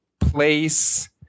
place